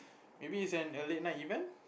maybe is an a late night event